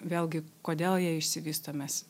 vėlgi kodėl jie išsivysto mes